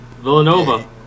Villanova